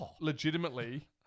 Legitimately